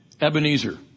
Ebenezer